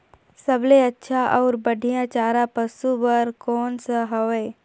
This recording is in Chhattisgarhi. सबले अच्छा अउ बढ़िया चारा पशु बर कोन सा हवय?